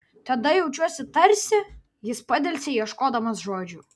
tada jaučiuosi tarsi jis padelsė ieškodamas žodžių